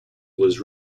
was